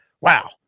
Wow